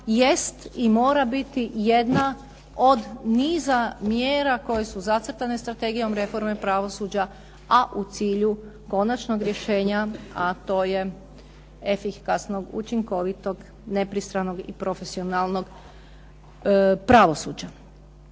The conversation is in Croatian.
jest i mora biti jedna od niza mjera koje su zacrtane Strategijom reforme pravosuđa, a u cilju konačnog rješenja, a to je efikasnog, učinkovitog, nepristranog i profesionalnog pravosuđa.